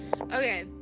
okay